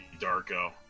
Darko